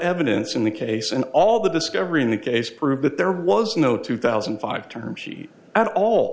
evidence in the case and all the discovery in the case prove that there was no two thousand and five term sheet at all